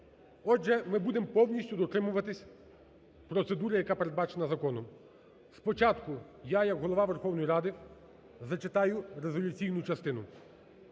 Отже, ми будемо повністю дотримуватися процедури, яка передбачена законом. Спочатку я як Голова Верховної Ради зачитаю резолюційну частину.